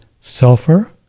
Sulfur